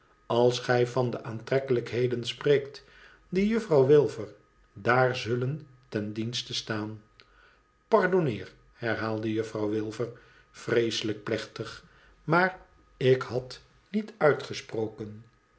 als gij van de aantrekkelijkheden spreekt die juffrouw wilfer dr zullen ten dienstestaan pardonneer herhaalde juffrouw wilfer vreeselijk plechtig t maar ik had niet uitgesproken